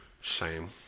Shame